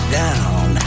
down